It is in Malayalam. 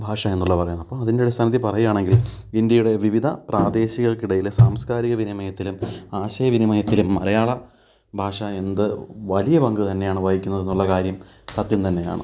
ഭാഷ എന്നുള്ളത് പറയുന്നത് അപ്പം അതിൻ്റെ അടിസ്ഥാനത്തിൽ പറയുകയാണെങ്കിൽ ഇന്ത്യയുടെ വിവിധ പ്രാദേശികർക്കിടയിലെ സാംസ്കാരിക വിനിമയത്തിലും ആശയവിനിമയത്തിലും മലയാള ഭാഷ എന്ത് വലിയ പങ്ക് തന്നെയാണ് വഹിക്കുന്നത് എന്നുള്ള കാര്യം സത്യം തന്നെയാണ്